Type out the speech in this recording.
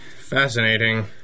Fascinating